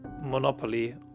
monopoly